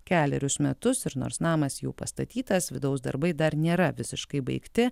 kelerius metus ir nors namas jau pastatytas vidaus darbai dar nėra visiškai baigti